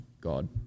god